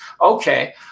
Okay